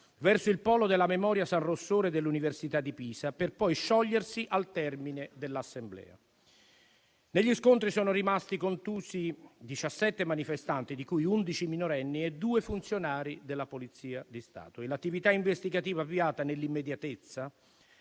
verso il Polo della memoria San Rossore dell'Università di Pisa, per poi sciogliersi al termine dell'assemblea. Negli scontri sono rimasti contusi diciassette manifestanti, di cui undici minorenni, e due funzionari della Polizia di Stato. L'attività investigativa avviata nell'immediatezza